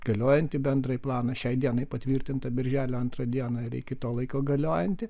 galiojantį bendrąjį planą šiai dienai patvirtintą birželio antrą dieną ir iki to laiko galiojantį